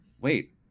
wait